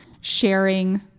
sharing